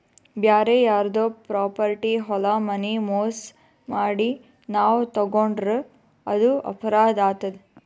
ಬ್ಯಾರೆ ಯಾರ್ದೋ ಪ್ರಾಪರ್ಟಿ ಹೊಲ ಮನಿ ಮೋಸ್ ಮಾಡಿ ನಾವ್ ತಗೋಂಡ್ರ್ ಅದು ಅಪರಾಧ್ ಆತದ್